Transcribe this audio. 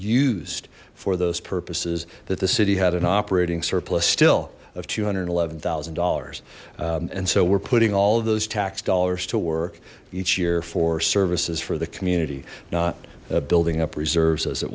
used for those purposes that the city had an operating surplus still of two hundred and eleven thousand dollars and so we're putting all of those tax dollars to work each year for services for the community not building up reserves as it